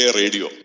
radio